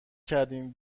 کردیم